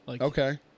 Okay